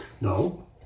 no